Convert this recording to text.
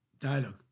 Dialogue